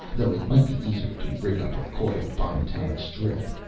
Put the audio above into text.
though it might be easier to rig up a coiled bi-metallic strip.